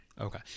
Okay